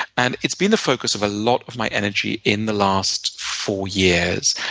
and it's been the focus of a lot of my energy in the last four years.